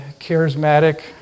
charismatic